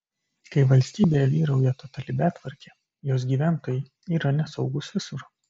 kai valstybėje vyrauja totali betvarkė jos gyventojai yra nesaugūs visur